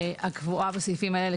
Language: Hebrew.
הקבועה בסעיפים האלה,